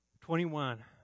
Twenty-one